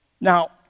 Now